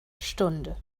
stunde